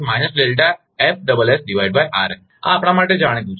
આ આપણા માટે જાણીતું છે